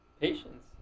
patience